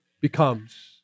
becomes